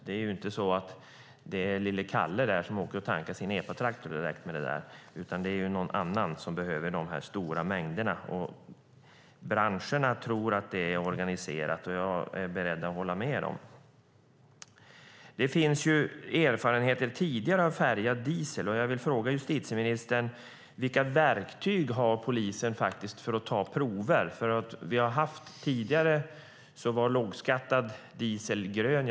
Det är inte så att det är lille Kalle som åker och tankar sin epatraktor med det där, utan det är någon annan som behöver dessa stora mängder. Branscherna tror att det är organiserat, och jag är beredd att hålla med dem. Det finns tidigare erfarenheter av färgad diesel, och jag vill fråga justitieministern vilka verktyg polisen har för att ta prover. Tidigare var nämligen lågskattad diesel grön.